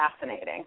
Fascinating